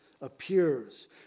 appears